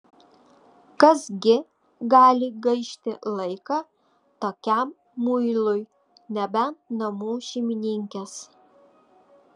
kas gi gali gaišti laiką tokiam muilui nebent namų šeimininkės